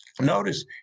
Notice